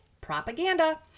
Propaganda